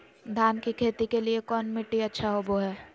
धान की खेती के लिए कौन मिट्टी अच्छा होबो है?